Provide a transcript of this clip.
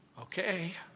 Okay